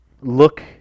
look